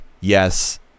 yes